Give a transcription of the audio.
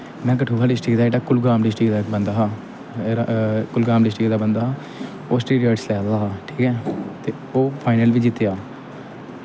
में कठुऐ डिस्टिक दा जेह्ड़ा कुलगाम डिस्टिक दा इक बंदा हा कुलगाम डिस्टिक दा बंदा हा ओह् सटिरिड़स लै दा हा ठीक ऐ ते ओह् फाईनल बी जित्तेआ